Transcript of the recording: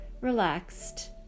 relaxed